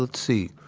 see.